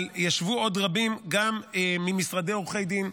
אבל ישבו עוד רבים, גם ממשרדי עורכי דין,